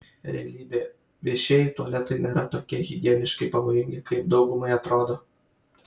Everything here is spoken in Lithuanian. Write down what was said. realybė viešieji tualetai nėra tokie higieniškai pavojingi kaip daugumai atrodo